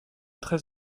très